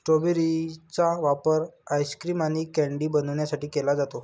strawberry चा वापर ice cream आणि कँडी बनवण्यासाठी केला जातो